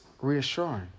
reassuring